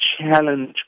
challenge